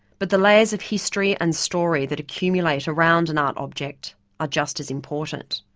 but the layers of history and story that accumulate around an art object are just as important.